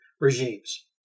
regimes